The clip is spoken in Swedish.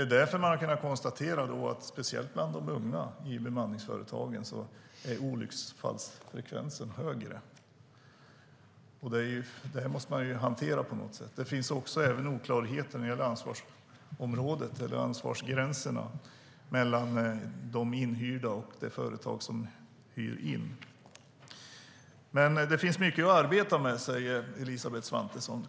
Det är därför man har kunnat konstatera att olycksfallsfrekvensen är högre, speciellt bland de unga, i bemanningsföretagen. Detta måste man hantera på något sätt. Det finns även oklarheter när det gäller ansvarsområden och ansvarsgränser mellan de inhyrda och de företag som hyr in. Det finns mycket att arbeta med, säger Elisabeth Svantesson.